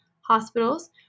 hospitals